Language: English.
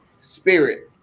spirit